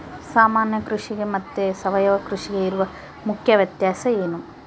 ಸಾಮಾನ್ಯ ಕೃಷಿಗೆ ಮತ್ತೆ ಸಾವಯವ ಕೃಷಿಗೆ ಇರುವ ಮುಖ್ಯ ವ್ಯತ್ಯಾಸ ಏನು?